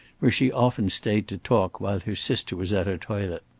where she often stayed to talk while her sister was at her toilet.